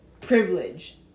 privilege